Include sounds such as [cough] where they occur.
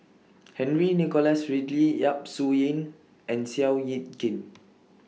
[noise] Henry Nicholas Ridley Yap Su Yin and Seow Yit Kin